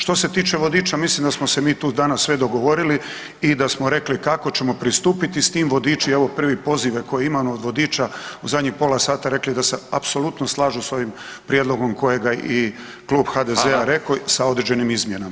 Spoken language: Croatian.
Što se tiče vodiča, mislim da smo se mi tu danas sve dogovorili i da smo rekli kako ćemo pristupiti s tim vodiči, evo, prvi poziv koji imamo od vodiča u zadnjih pola sata, rekli da se apsolutno slažu s ovim prijedlogom kojega i Klub HDZ-a [[Upadica: Hvala lijepo.]] rekao sa određenim izmjenama.